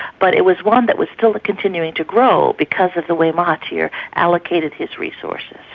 but it was one that was still continuing to grow because of the way mahathir allocated his resources.